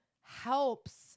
helps